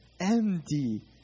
M-D